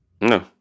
No